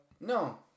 No